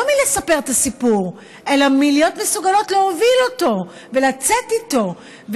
לא בלספר את הסיפור אלא בלהיות מסוגלות להוביל אותו ולצאת איתו.